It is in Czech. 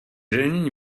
není